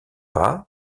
par